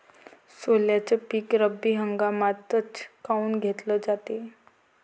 सोल्याचं पीक रब्बी हंगामातच काऊन घेतलं जाते?